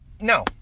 no